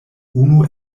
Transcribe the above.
unu